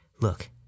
Look